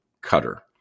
cutter